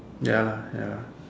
ya lah ya lah